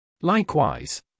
Likewise